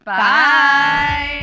Bye